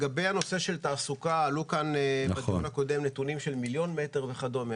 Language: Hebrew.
בנושא תעסוקה עלו כאן בדיון הקודם נתונים של מיליון מטר וכדומה.